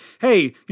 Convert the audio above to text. hey